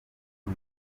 ngo